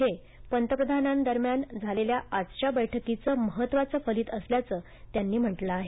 हे पंतप्रधानांदरम्यान झालेल्या आजच्या बैठकीचं महत्त्वाचं फलित असल्याचं त्यानी म्हटलं आहे